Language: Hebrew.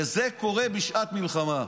וזה קורה בשעת מלחמה.